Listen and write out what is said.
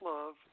Love